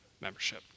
membership